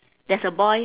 there's a boy